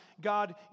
God